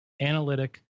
analytic